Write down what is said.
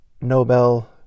Nobel